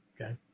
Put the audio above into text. Okay